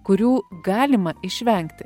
kurių galima išvengti